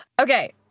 Okay